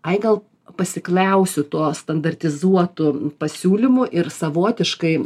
ai gal pasikliausiu tuo standartizuotu pasiūlymu ir savotiškai